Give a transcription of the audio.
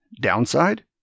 Downside